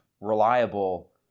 reliable